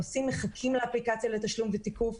הנוסעים מחכים לאפליקציה של התשלום והתיקוף,